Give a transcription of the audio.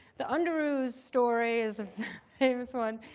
the underoos story is a famous one.